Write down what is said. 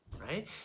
right